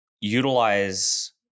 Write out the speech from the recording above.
utilize